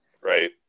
right